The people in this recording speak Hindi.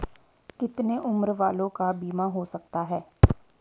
कितने उम्र वालों का बीमा हो सकता है?